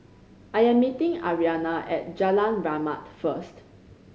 I am meeting Arianna at Jalan Rahmat first